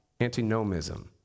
Antinomism